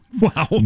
Wow